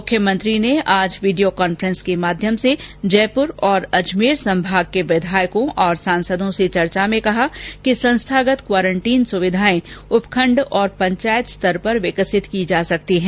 मुख्यमंत्री ने आज वीडियो कांफेस के माध्यम से जयपुर और अजमेर संभाग के विधायकों और सांसदों से चर्चा में कहा कि संस्थागत क्वारंटीन सुविधाए उपखंड और पंचायत स्तर पर विकसित की जा सकती है